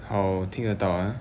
好听得到啊